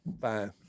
fine